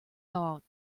thought